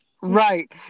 Right